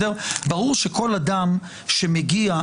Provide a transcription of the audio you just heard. ברור שכל אדם שמגיע,